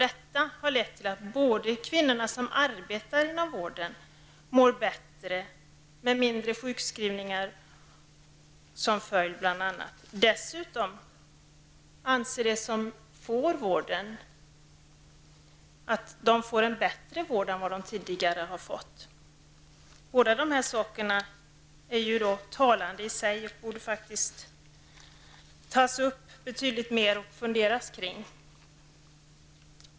Detta har lett till dels att de kvinnor som arbetar inom vården mår bättre, bl.a. med mindre sjukskrivningar som följd, dels att de som får vård anser att de får en bättre vård än vad de tidigare har fått. Båda de här uppgifterna är ju talande i sig, och man borde faktiskt fundera kring dem betydligt mer.